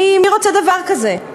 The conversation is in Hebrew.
מי רוצה דבר כזה?